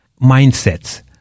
mindsets